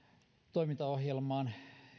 toimintaohjelmaan